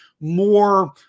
more